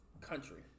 country